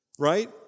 Right